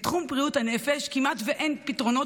בתחום בריאות הנפש כמעט אין פתרונות